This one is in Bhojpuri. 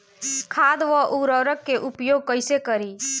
खाद व उर्वरक के उपयोग कइसे करी?